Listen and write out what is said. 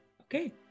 Okay